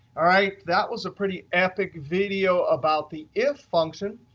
all right, that was a pretty epic video about the if function.